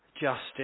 justice